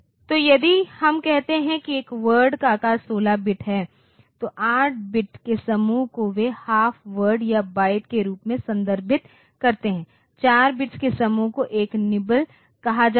तो यदि हम कहते हैं कि एक वर्ड का आकार 16 बिट है तो 8 बिट्स के समूह को वे हाफ वर्ड या बाइट के रूप में संदर्भित करते हैं 4 बिट्स के समूह को एक निबल कहा जाता है